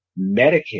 Medicaid